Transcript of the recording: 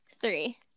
Three